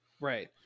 right